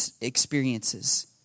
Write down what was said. experiences